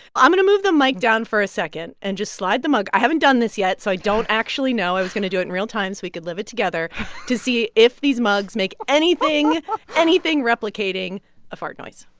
i'm going to move the mic down for a second and just slide the mug i haven't done this yet, so i don't actually know i was going to do it in real time so we could live it together to see if these mugs make anything anything replicating a fart noise.